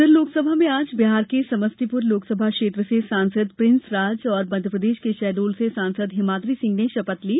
उधर लोकसभा में आज बिहार के समस्तीपुर लोकसभा क्षेत्र से सांसद प्रिंस राज और मध्यप्रदेश के शहड़ोल से सांसद हिमाद्री सिंह ने शपथ ली